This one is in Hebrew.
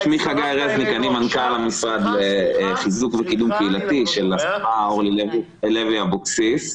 אני מנכ"ל המשרד לחיזוק וקידום קהילתי בראשית השרה אורלי לוי אבקסיס.